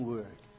Word